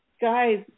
guys